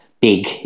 big